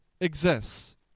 exists